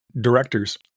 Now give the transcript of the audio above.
directors